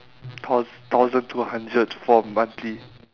thou~ thousand two hundred for monthly